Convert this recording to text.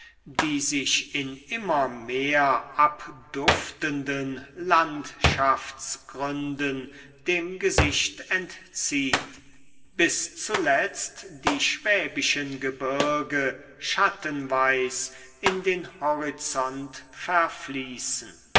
die sich in immer mehr abduftenden landschaftsgründen dem gesicht entzieht bis zuletzt die schwäbischen gebirge schattenweis in den horizont verfließen